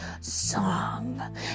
song